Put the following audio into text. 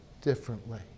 differently